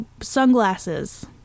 sunglasses